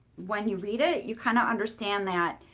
when you read it, you kind of understand that,